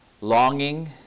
longing